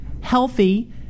healthy